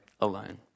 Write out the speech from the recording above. alone